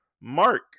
Mark